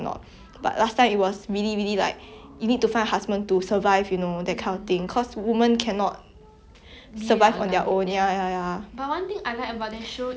survive on their own ya ya ya